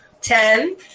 Ten